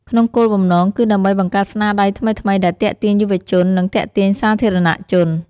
ក្នុងគោលបំណង គឺដើម្បីបង្កើតស្នាដៃថ្មីៗដែលទាក់ទាញយុវជន និងទាក់ទាញសាធារណៈជន។